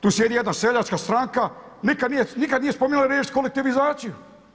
Tu sjedi jedna seljačka stranka, nikada nije spomenula riječ kolektivizacije.